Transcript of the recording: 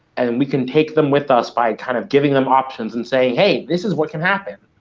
and we can take them with us by kind of giving them options and saying hey, this is what can happen.